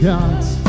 God's